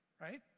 right